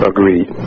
Agreed